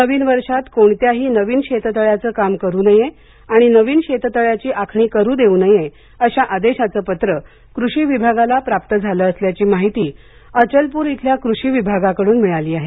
नवीन वर्षात कोणतंही नवीन शेततळ्याचं काम करू नये आणि नवीन शेततळ्याची आखणी करू देऊ नये अशा आदेशाचं पत्र कृषी विभागाला प्राप्त झाले असल्याची माहिती अचलपूर इथल्या कृषी विभागाकडून मिळाली आहे